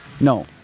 No